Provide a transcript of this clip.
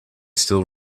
still